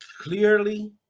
clearly